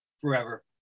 forever